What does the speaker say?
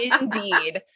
Indeed